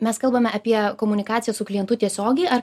mes kalbame apie komunikaciją su klientu tiesiogiai ar